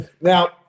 Now